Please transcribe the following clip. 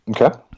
Okay